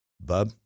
Bub